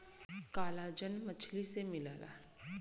collagen मछरी से मिलला